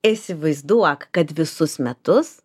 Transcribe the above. įsivaizduok kad visus metus